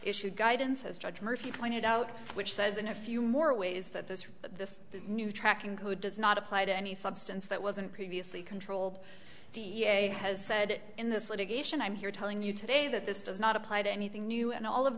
issued guidance as judge murphy pointed out which says in a few more ways that this this new tracking code does not apply to any substance that wasn't previously controlled da has said in this litigation i'm here telling you today that this does not apply to anything new and all of